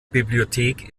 bibliothek